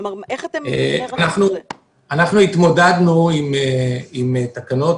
אנחנו התמודדנו עם תקנות.